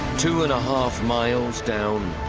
two and a half miles down